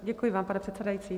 Děkuji vám, pane předsedající.